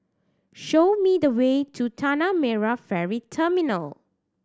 show me the way to Tanah Merah Ferry Terminal